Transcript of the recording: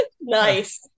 Nice